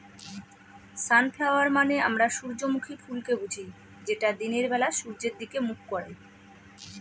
sunflower মানে আমরা সূর্যমুখী ফুলকে বুঝি যেটা দিনের বেলা সূর্যের দিকে মুখ করে